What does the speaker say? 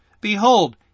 Behold